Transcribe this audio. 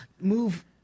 move